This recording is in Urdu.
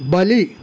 بلی